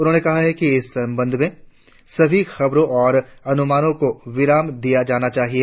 उन्होंने कहा कि इस संबंध में सभी खबरों और अनुमानों को विराम दिया जाना चाहिए